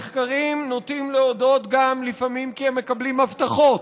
לפעמים נחקרים גם נוטים להודות כי הם מקבלים הבטחות: